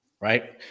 right